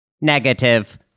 Negative